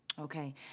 Okay